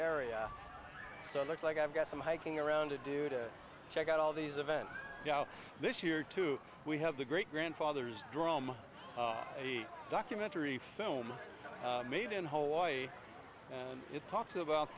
area so i look like i've got some hiking around to do to check out all these events this year too we have the great grandfathers drama a documentary film made in hawaii and it talks about